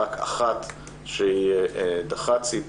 רק אחת שהיא דירקטורית חיצונית.